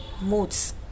moods